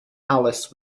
alice